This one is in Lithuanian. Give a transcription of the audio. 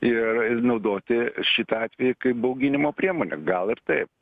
ir ir naudoti šitą atvejį kaip bauginimo priemonę gal ir taip